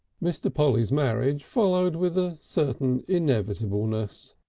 mr. polly's marriage followed with a certain inevitableness.